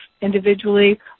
individually